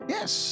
Yes